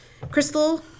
Crystal